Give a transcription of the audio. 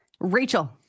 Rachel